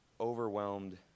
overwhelmed